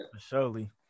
Surely